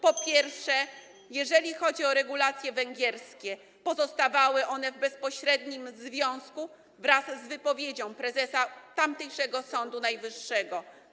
Po pierwsze, jeżeli chodzi o regulacje węgierskie, pozostawały one w bezpośrednim związku z wypowiedzią prezesa tamtejszego Sądu Najwyższego.